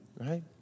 Right